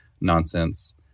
nonsense